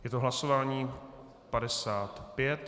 Je to hlasování 55.